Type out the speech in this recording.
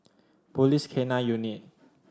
Police K Nine Unit